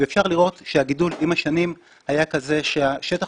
ואפשר לראות שעם השנים הגידול היה כזה ששטח